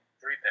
Three